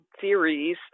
theories